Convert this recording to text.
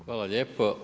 Hvala lijepo.